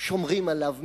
שומרים עליו,